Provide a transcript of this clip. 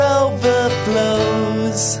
overflows